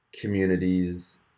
communities